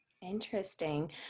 interesting